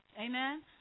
Amen